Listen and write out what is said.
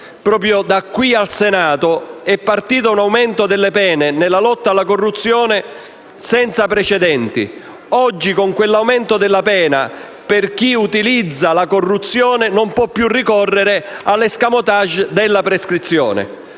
proprio da qui al Senato è partito un aumento delle pene nella lotta alla corruzione senza precedenti. Oggi, grazie a quell'aumento di pena, chi utilizza la corruzione non può più ricorrere all'*escamotage* della prescrizione.